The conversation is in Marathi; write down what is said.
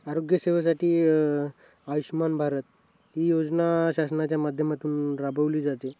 आरोग्यसेवासाठी आयुष्मान भारत ही योजना शासनाच्या माध्यमातून राबवली जाते